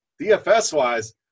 DFS-wise